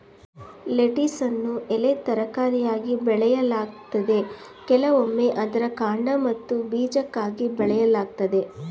ಲೆಟಿಸನ್ನು ಎಲೆ ತರಕಾರಿಯಾಗಿ ಬೆಳೆಯಲಾಗ್ತದೆ ಕೆಲವೊಮ್ಮೆ ಅದರ ಕಾಂಡ ಮತ್ತು ಬೀಜಕ್ಕಾಗಿ ಬೆಳೆಯಲಾಗ್ತದೆ